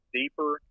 deeper